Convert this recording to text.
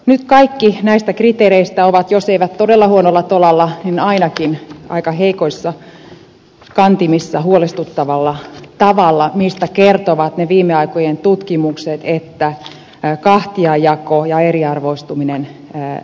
nyt kaikki näistä kriteereistä ovat jos eivät todella huonolla tolalla niin ainakin aika heikoissa kantimissa huolestuttavalla tavalla mistä kertovat ne viime aikojen tutkimukset että kahtiajako ja eriarvoistuminen lisääntyvät